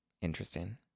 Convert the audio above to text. Interesting